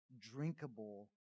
drinkable